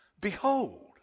Behold